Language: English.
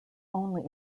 only